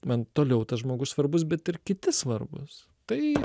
man toliau tas žmogus svarbus bet ir kiti svarbūs tai